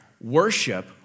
Worship